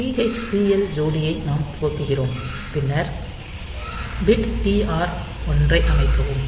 TH TL ஜோடியை நாம் துவக்குகிறோம் பின்னர் பிட் TR 1 ஐ அமைக்கவும்